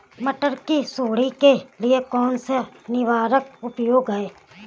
मटर की सुंडी के लिए कौन सा निवारक उपाय है?